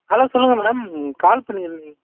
hello சொல்லுங்கள் madam call பண்ணியிருந்தீங்க